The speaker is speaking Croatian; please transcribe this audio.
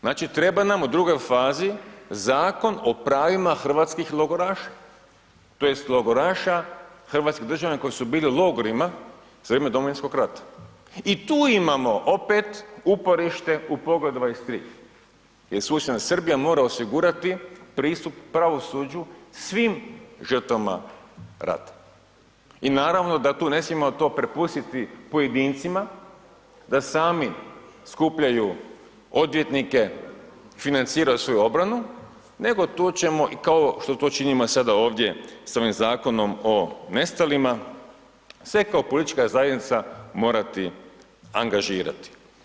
Znači, treba nam u drugoj fazi Zakon o pravima hrvatskih logoraša tj. logoraša, hrvatskih državljana koji su bili u logorima za vrijeme Domovinskog rata i tu imamo opet uporište u Poglavlju 23. gdje susjedna Srbija mora osigurati pristup pravosuđu svim žrtvama rata i naravno da tu ne smijemo to prepustiti pojedincima da sami skupljaju odvjetnike, financiraju svoju obranu, nego tu ćemo i kao što to činimo sada ovdje sa ovim Zakonom o nestalima, sve kao politička zajednica morati angažirati.